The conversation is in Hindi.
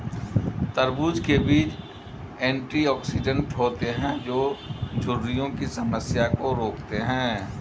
तरबूज़ के बीज एंटीऑक्सीडेंट होते है जो झुर्रियों की समस्या को रोकते है